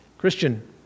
Christian